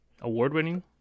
award-winning